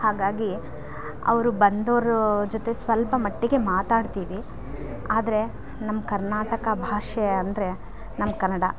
ಹಾಗಾಗಿ ಅವರು ಬಂದೋರ ಜೊತೆ ಸ್ವಲ್ಪ ಮಟ್ಟಿಗೆ ಮಾತಾಡ್ತೀವಿ ಆದರೆ ನಮ್ಮ ಕರ್ನಾಟಕ ಭಾಷೆ ಅಂದರೆ ನಮ್ಮ ಕನ್ನಡ